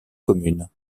commune